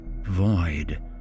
Void